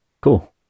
Cool